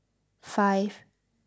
five